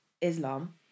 Islam